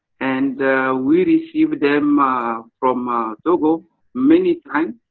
and we receive them um from ah togo many times,